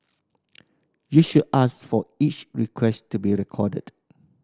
you should ask for each request to be recorded